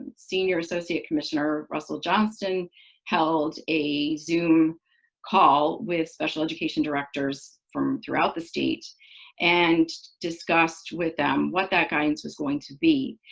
senior associate commissioner russell johnston held a zoom call with special education directors from throughout the state and discussed with them what that guidance was going to be.